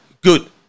good